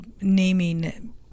naming